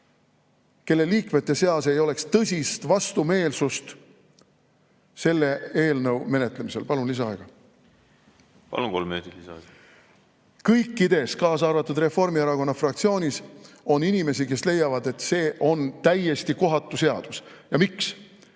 kelle liikmete seas ei oleks tõsist vastumeelsust selle eelnõu menetlemise vastu. Palun lisaaega. Palun! Kolm minutit lisaaega. Kõikides fraktsioonides, kaasa arvatud Reformierakonna fraktsioonis, on inimesi, kes leiavad, et see on täiesti kohatu seadus. Ja miks?